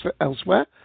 elsewhere